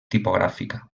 tipogràfica